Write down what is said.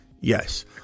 Yes